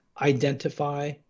identify